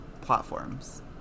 platforms